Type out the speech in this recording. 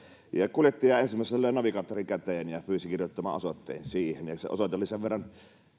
kuljettaja ensimmäiseksi löi navigaattorin käteen ja pyysi kirjoittamaan osoitteen siihen se osoite oli sen verran